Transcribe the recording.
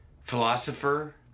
philosopher